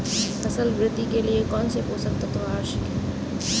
फसल वृद्धि के लिए कौनसे पोषक तत्व आवश्यक हैं?